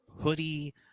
hoodie